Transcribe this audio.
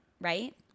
right